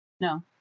no